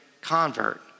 convert